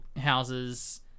houses